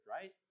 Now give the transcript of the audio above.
right